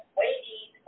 waiting